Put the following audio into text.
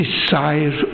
desire